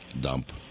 dump